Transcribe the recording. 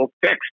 fixed